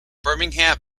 birmingham